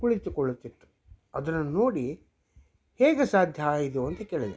ಕುಳಿತುಕೊಳ್ಳುತ್ತಿತ್ತು ಅದ್ರುನ್ನ ನೋಡಿ ಹೇಗೆ ಸಾಧ್ಯ ಇದು ಅಂತ ಕೇಳಿದೆ